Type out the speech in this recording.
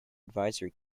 advisory